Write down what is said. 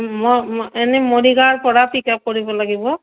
ম এনে মৰিগাঁৱৰ পৰা পিক আপ কৰিব লাগিব